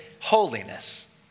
Holiness